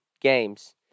games